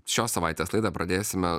šios savaitės laidą pradėsime